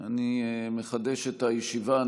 אני מחדש את הישיבה.